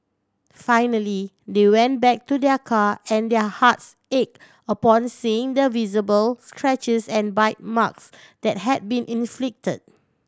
finally they went back to their car and their hearts ache upon seeing the visible scratches and bite marks that had been inflict